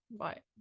Right